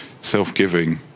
self-giving